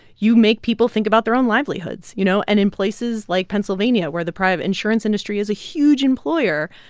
you make people think about their own livelihoods you know, and in places like pennsylvania, where the private insurance industry is a huge employer,